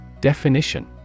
Definition